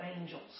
angels